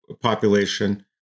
population